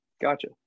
Gotcha